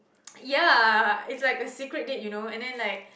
ya it's like a secret date you know and then like